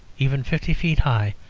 even fifty feet high,